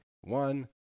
One